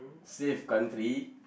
safe country